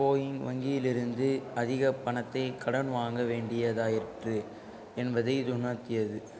போயி வங்கியிலிருந்து அதிகப் பணத்தை கடன் வாங்க வேண்டியதாயிற்று என்பதை இது உணர்த்தியது